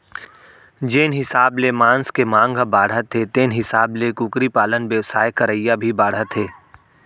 जेन हिसाब ले मांस के मांग ह बाढ़त हे तेन हिसाब ले कुकरी पालन बेवसाय करइया भी बाढ़त हें